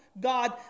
God